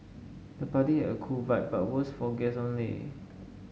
the party had a cool vibe but was for guests only